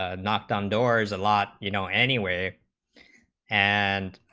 ah knocked on doors a lot you know anyway and